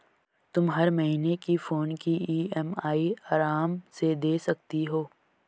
तुम हर महीने फोन की ई.एम.आई आराम से दे सकती हो